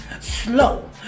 Slow